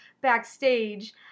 backstage